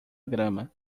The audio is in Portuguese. grama